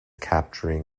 capturing